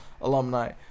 alumni